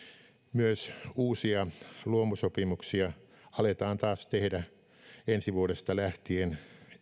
myös uusia luomusopimuksia aletaan taas tehdä ensi vuodesta lähtien